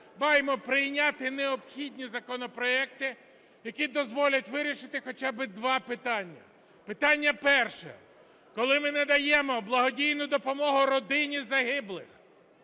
маємо прийняти необхідні законопроекти, які дозволять вирішити хоча би два питання. Питання перше. Коли ми надаємо благодійну допомогу родині загиблих,